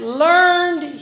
learned